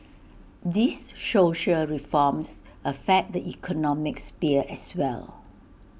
these social reforms affect the economic sphere as well